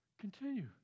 Continue